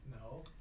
No